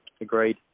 agreed